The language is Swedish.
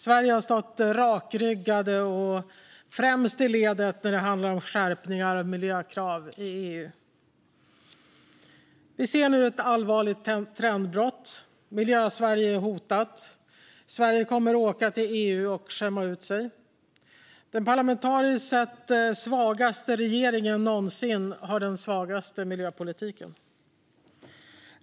Sverige har stått rakryggade och främst i ledet när det handlat om skärpningar av miljökrav i EU. Vi ser nu ett allvarligt trendbrott. Miljösverige är hotat. Sverige kommer att åka till EU och skämma ut sig. Den parlamentariskt sett svagaste regeringen någonsin har den svagaste miljöpolitiken.